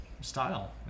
style